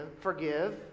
forgive